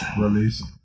Release